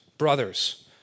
Brothers